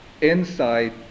insight